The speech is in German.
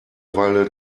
weile